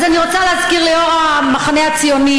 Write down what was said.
אז אני רוצה להזכיר ליושב-ראש המחנה הציוני